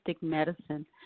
medicine